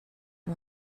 you